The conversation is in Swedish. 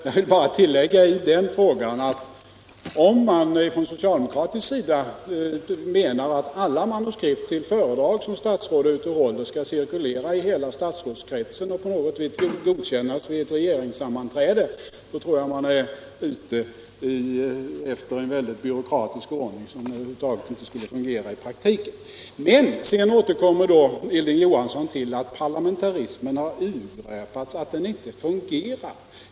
Jag vill bara tillägga i den frågan att om man från socialdemokratisk sida menar att alla manuskript till föredrag som statsråd är ute och håller skall cirkulera i hela statsrådskretsen och på något sätt godkännas vid ett regeringssammanträde — då tror jag att man är ute efter en väldigt byråkratisk ordning, som över huvud taget inte skulle fungera i praktiken. Sedan återkommer Hilding Johansson till att parlamentarismen har urgröpts och att den inte fungerar.